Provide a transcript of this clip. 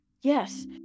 Yes